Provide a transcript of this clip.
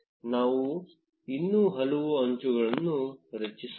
ನಾವು ಇನ್ನೂ ಕೆಲವು ಅಂಚುಗಳನ್ನು ರಚಿಸೋಣ